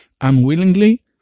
unwillingly